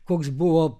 koks buvo